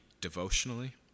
devotionally